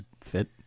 fit